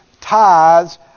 tithes